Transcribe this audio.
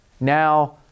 now